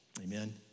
amen